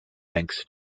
thanks